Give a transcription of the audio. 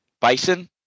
Bison